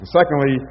Secondly